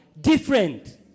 different